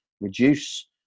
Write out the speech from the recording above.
reduce